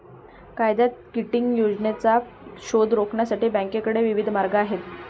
कायद्यात किटिंग योजनांचा शोध रोखण्यासाठी बँकांकडे विविध मार्ग आहेत